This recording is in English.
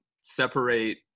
separate –